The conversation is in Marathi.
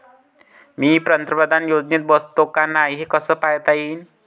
मी पंतप्रधान योजनेत बसतो का नाय, हे कस पायता येईन?